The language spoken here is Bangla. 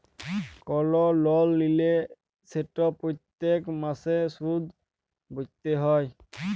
কল লল লিলে সেট প্যত্তেক মাসে সুদ ভ্যইরতে হ্যয়